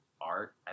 art